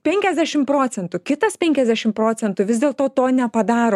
penkiasdešim procentų kitas penkiasdešim procentų vis dėlto to nepadaro